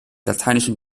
lateinischen